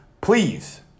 Please